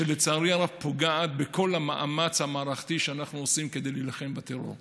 שלצערי הרב פוגעת בכל המאמץ המערכתי שאנחנו עושים כדי להילחם בטרור.